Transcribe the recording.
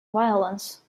violence